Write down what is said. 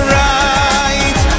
right